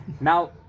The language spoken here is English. now